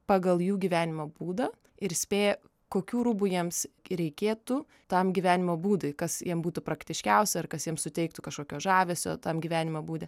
pagal jų gyvenimo būdą ir spėja kokių rūbų jiems reikėtų tam gyvenimo būdui kas jiem būtų praktiškiausia ar kas jiem suteiktų kažkokio žavesio tam gyvenimo būde